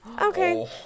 Okay